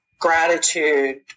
gratitude